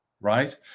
right